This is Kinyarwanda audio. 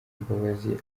imbabazi